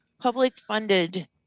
Public-funded